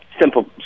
simple